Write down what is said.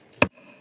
Hvala